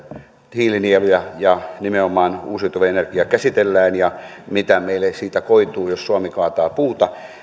hiilinieluja ja nimenomaan uusiutuvaa energiaa käsitellään ja mitä meille siitä koituu jos suomi kaataa puuta